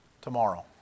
tomorrow